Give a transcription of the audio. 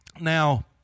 now